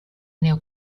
neo